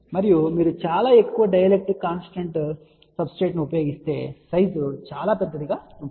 మరియు మీరు చాలా ఎక్కువ డైఎలక్ట్రిక్ కాన్స్టాంట్ సబ్స్ట్రేట్ ఉపయోగిస్తే సైజ్ చాలా పెద్దదిగా ఉంటుంది